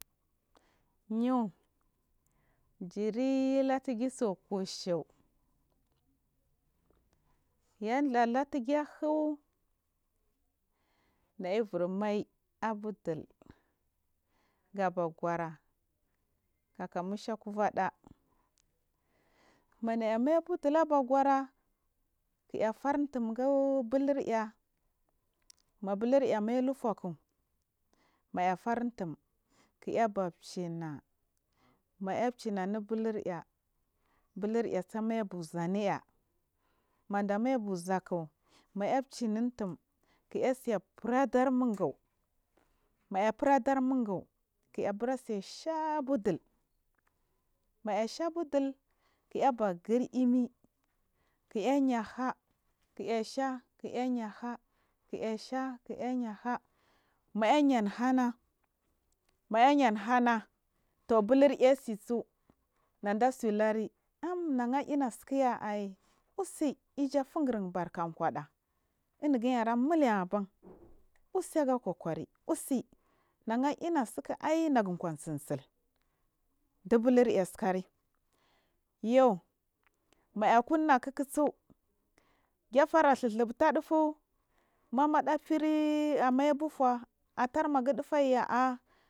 Niew jirlatudi tsukushu yanda wu kuya huhu miyibur mai aku ɗul gaba gwora kaka musha kulba ɗa manama maivudil abagwora ki aya fa in tumghu bulu way mabul uiya maibu fua mayafar untun kiyabachina ma’ay chinanu blul ura bhkurasu maibu zuni aya mada mai buzwk ma aya china untim kiasa fura da mingu maar yafara darnugu gabura tse sharadill ma’asha bu dul kiyagurini kiyayai hash ki aysha ki yan ha’ah kiyasha kiyayan ha’ah ma yanyan ha’ahna kiya ghan ham ama yayan ha’ahna kiya ghan hamama yayan hana for bhuhur ait sisu kidatsi lori amma naga matslu ya use ijugungre barka kwa ɗa imigi ara nuwe bama use ya kwa kwari use naga inatsika su inagu kwatsintsin dubulur ar tsakari yauli maya kun siku su furi amai bifun amma atarmagu dufu iya